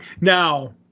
Now